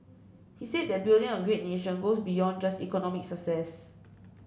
he said that building a great nation goes beyond just economic success